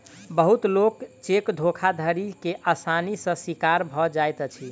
बहुत लोक चेक धोखाधड़ी के आसानी सॅ शिकार भ जाइत अछि